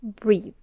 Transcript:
breathe